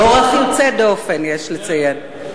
באורח יוצא דופן, יש לציין.